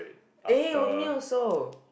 eh me also